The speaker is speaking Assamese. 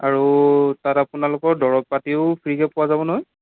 আৰু তাত আপোনালোকৰ দৰৱ পাতিও ফ্ৰীকে পোৱা যাব নহয়